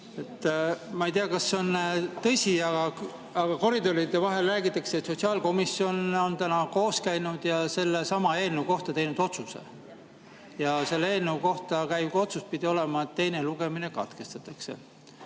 Ma ei tea, kas see on tõsi, aga koridoride vahel räägitakse, et sotsiaalkomisjon on täna koos käinud ja sellesama eelnõu kohta teinud otsuse. Ja selle eelnõu kohta käiv otsus pidi olema see, et teine lugemine katkestatakse.